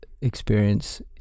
experience